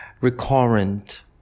recurrent